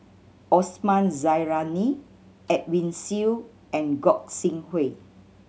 Osman Zailani Edwin Siew and Gog Sing Hooi